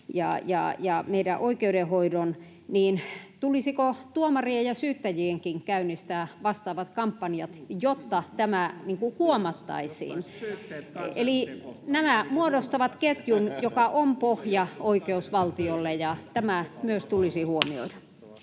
meidän oikeudenhoidon, niin tulisiko tuomarien ja syyttäjienkin käynnistää vastaavat kampanjat, jotta tämä huomattaisiin? [Ben Zyskowiczin välihuuto] Eli nämä muodostavat ketjun, joka on pohja oikeusvaltiolle, ja tämä myös tulisi huomioida.